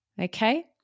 Okay